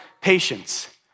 patience